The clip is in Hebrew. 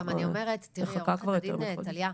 תראי, עו"ד טליה,